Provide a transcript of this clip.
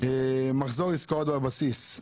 מחזור עסקאות בבסיס,